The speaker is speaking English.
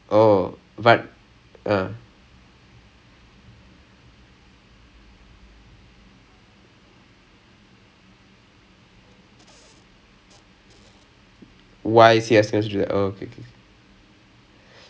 ya like like it's it's like I don't get it like oh but now like if huq were to tell me to like do this or do that right then I can kind of understand what's the thinking behind it uh why is it because முதலே எல்லாம்:muthalae ellaam when he ask us to do